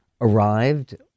arrived